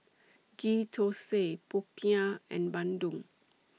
Ghee Thosai Popiah and Bandung